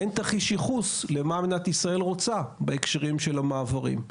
אין תרחיש לייחוס למה מדינת ישראל רוצה בהקשרים של המעברים,